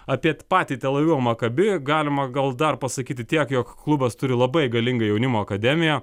apie patį tel avivo maccabi galima gal dar pasakyti tiek jog klubas turi labai galingą jaunimo akademiją